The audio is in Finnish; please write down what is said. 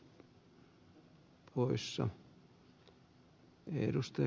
arvoisa puhemies